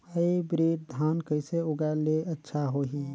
Hybrid धान कइसे लगाय ले अच्छा होही?